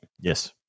Yes